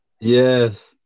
Yes